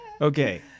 Okay